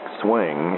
swing